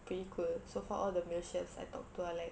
pretty cool so far all the male chefs I talk to are like